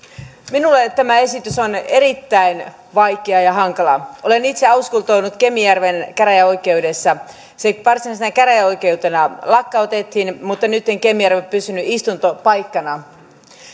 minulle tämä esitys on erittäin vaikea ja hankala olen itse auskultoinut kemijärven käräjäoikeudessa varsinaisena käräjäoikeutena se lakkautettiin mutta nytten kemijärvi on pysynyt istuntopaikkana